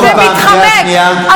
אנחנו מודים לשר לביטחון לאומי.